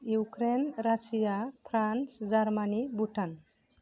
Ukraine Russia France Russia Bhutan